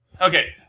Okay